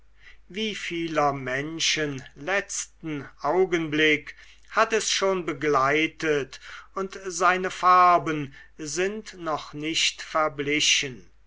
wie vieler menschen letzten augenblick hat es schon begleitet und seine farben sind noch nicht verblichen